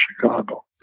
Chicago